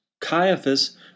Caiaphas